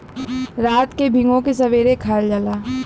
रात के भिगो के सबेरे खायल जाला